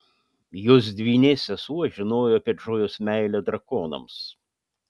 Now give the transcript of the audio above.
jos dvynė sesuo žinojo apie džojos meilę drakonams